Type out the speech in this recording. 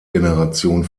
generation